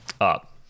up